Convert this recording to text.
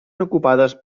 ocupades